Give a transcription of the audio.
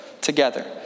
together